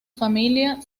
familia